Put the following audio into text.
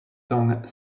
song